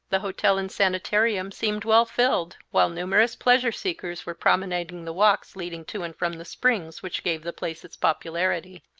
the hotel and sanitarium seemed well filled, while numerous pleasure-seekers were promenading the walks leading to and from the springs which gave the place its popularity.